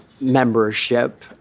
membership